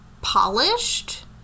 polished